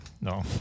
No